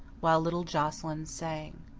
while little joscelyn sang.